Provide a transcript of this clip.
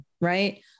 right